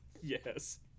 Yes